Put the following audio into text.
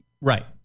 Right